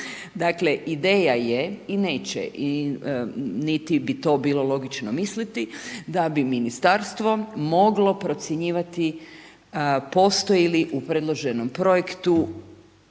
dakle ideja je i neće, i niti bi to bilo logično misliti da bi ministarstvo moglo procjenjivati, postoji li u predloženom projektu